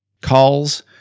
Calls